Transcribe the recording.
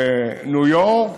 בניו יורק,